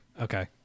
Okay